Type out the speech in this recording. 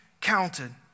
counted